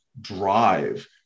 drive